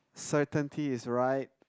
certainty is right